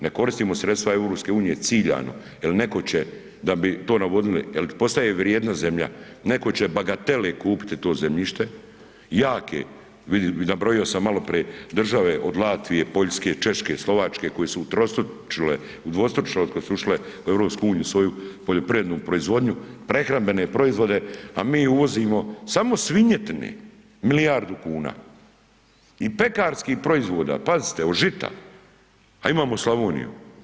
Ne koristimo sredstva EU ciljano jel neko će da bi to navodili, jel postaje vrijedna zemlja, neko će bagatele kupiti to zemljište, jake, nabrojio sam maloprije države od Latvije, Poljske, Češke, Slovačke, koje su utrostručile, udvostručile otkad su ušle u EU svoju poljoprivrednu proizvodnju, prehrambene proizvode, a mi uvozimo samo svinjetine milijardu kuna i pekarskih proizvoda, pazite, od žita, a imamo Slavoniju.